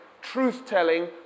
truth-telling